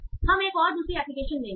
इसलिए हम एक दूसरी एप्लीकेशन लेंगे